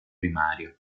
primario